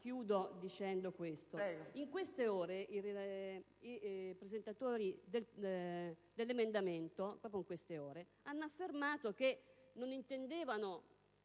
signora Presidente. In queste ore i presentatori dell'emendamento hanno affermato che non intendevano